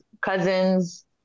cousins